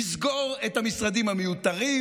לסגור את המשרדים המיותרים,